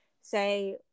say